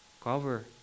cover